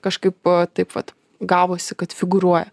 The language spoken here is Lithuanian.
kažkaip taip vat gavosi kad figūruoja